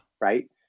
right